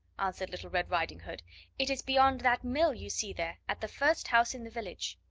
answered little red riding-hood it is beyond that mill you see there, at the first house in the village.